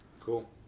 Cool